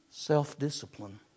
Self-discipline